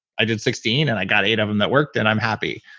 i did sixteen and i got eight of them that worked and i'm happy.